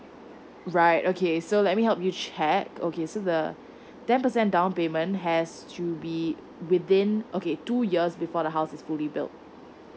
right okay so let me help you check okay so the ten percent down payment has to be within okay two years before the house is fully built